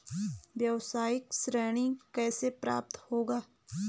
व्यावसायिक ऋण कैसे प्राप्त होगा?